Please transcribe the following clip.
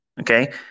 okay